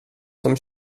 som